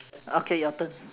okay your turn